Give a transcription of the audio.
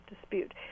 dispute